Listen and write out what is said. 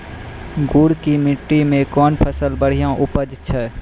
गुड़ की मिट्टी मैं कौन फसल बढ़िया उपज छ?